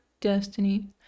destiny